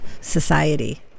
society